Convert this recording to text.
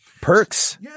Perks